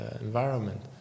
environment